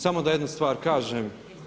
Samo da jednu stvar kažem.